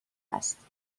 است